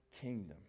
kingdom